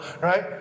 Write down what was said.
right